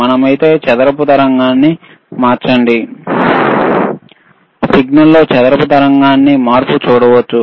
మనము చదరపు తరంగానికి మార్చినట్లైతే సిగ్నల్లో చదరపు తరంగానికి మారడం చూడవచ్చు